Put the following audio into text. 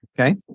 Okay